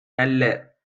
நல்ல